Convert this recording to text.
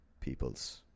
people's